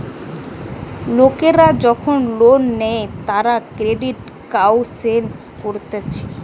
লোকরা যখন লোন নেই তারা ক্রেডিট কাউন্সেলিং করতিছে